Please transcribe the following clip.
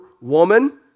woman